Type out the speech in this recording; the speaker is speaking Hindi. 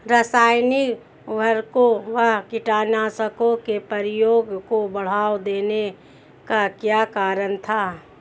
रासायनिक उर्वरकों व कीटनाशकों के प्रयोग को बढ़ावा देने का क्या कारण था?